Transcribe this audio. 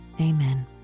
amen